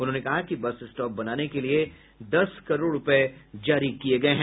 उन्होंने कहा कि बस स्टॉप बनाने के लिए दस करोड़ रूपये जारी किये गये हैं